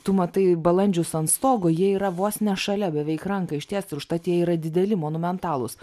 tu matai balandžius ant stogo jie yra vos ne šalia beveik ranką ištiest užtat jie yra dideli monumentalūs